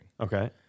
Okay